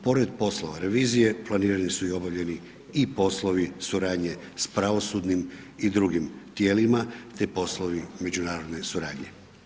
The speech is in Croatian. Pored poslova revizije planirani su i obavljeni i poslovi suradnje sa pravosudnim i drugim tijelima te poslovi međunarodne suradnje.